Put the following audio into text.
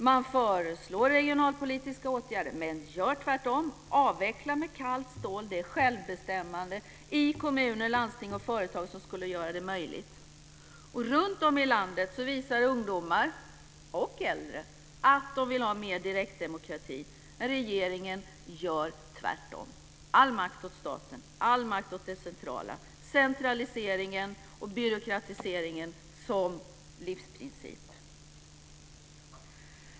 Man föreslår regionalpolitiska åtgärder men gör tvärtom, dvs. avvecklar med kallt stål det självbestämmande i kommuner, landsting och företag som skulle göra det möjligt. Runtom i landet visar ungdomar och äldre att de vill ha mer direktdemokrati, men regeringen gör tvärtom: All makt åt staten, allt makt åt det centrala - centraliseringen och byråkratiseringen som livsprincip.